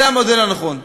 זה המודל הנכון.